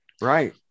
Right